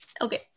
Okay